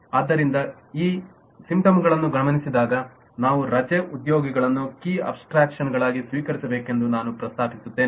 ಆದ್ದರಿಂದ ಈ ಸಿಂಟಮ್ಗಳನ್ನು ಗಮನಿಸಿದಾಗ ನಾವು ರಜೆ ಉದ್ಯೋಗಿಗಳನ್ನು ಕೀ ಅಬ್ಸ್ಟ್ರಾಕ್ಷನ್ಗಳಾಗಿ ಸ್ವೀಕರಿಸಬೇಕೆಂದು ನಾನು ಪ್ರಸ್ತಾಪಿಸುತ್ತೇನೆ